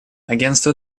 агентство